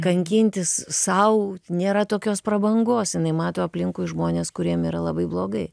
kankintis sau nėra tokios prabangos jinai mato aplinkui žmones kuriem yra labai blogai